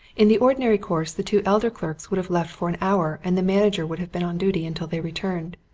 in the ordinary course the two elder clerks would have left for an hour and the manager would have been on duty until they returned.